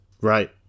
Right